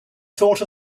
thought